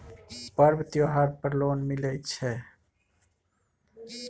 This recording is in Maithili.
पर्व त्योहार पर लोन मिले छै?